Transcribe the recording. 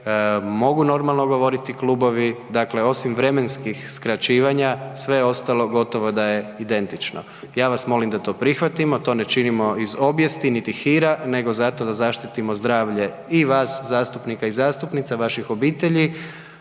mogu normalno govoriti klubovi. Dakle, osim vremenskih skraćivanja sve ostalo gotovo da je identično. Ja vas molim da to prihvatimo, to ne činimo iz obijesti niti hira, nego zato da zaštitimo zdravlje i vas zastupnika i zastupnica, vaših obitelji,